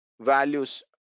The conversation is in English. values